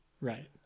right